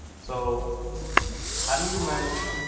so how do you manage,